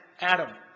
Adam